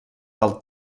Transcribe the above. del